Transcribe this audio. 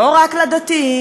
לא רק לדתיים,